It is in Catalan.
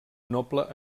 noble